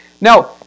Now